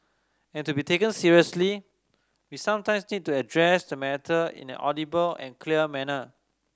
and to be taken seriously we sometimes need to address the matter in an audible and clear manner